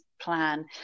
plan